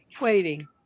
waiting